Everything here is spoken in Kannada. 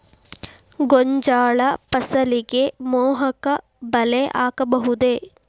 ಗೋಂಜಾಳ ಫಸಲಿಗೆ ಮೋಹಕ ಬಲೆ ಹಾಕಬಹುದೇ?